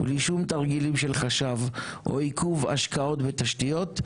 בלי שום תרגילים של חשב או עיכוב השקעות בתשתיות,